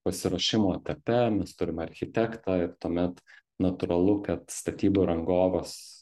pasiruošimo etape mes turim architektą ir tuomet natūralu kad statybų rangovas